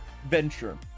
venture